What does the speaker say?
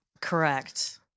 Correct